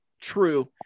true